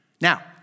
Now